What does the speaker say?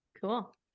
Cool